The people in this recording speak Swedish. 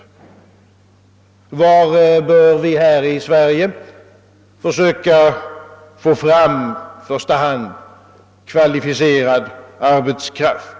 Var bör vi här i Sverige försöka få fram i första hand kvalificerad arbetskraft?